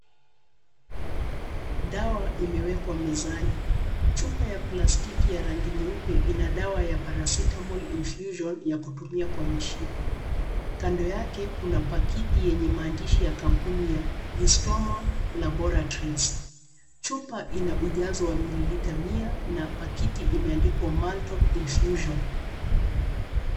Dawa imewekwa mezani. Chupa ya plastiki ya rangi nyeupe ina dawa ya Paracetamol infusion ya kutumia kwa mishipa. Kando yake kuna pakiti yenye maandishi ya kampuni ya, eustoma laboratories. Chupa ina ujazo wa mililita mia na pakiti imeandikwa, maltop infusion.